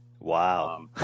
Wow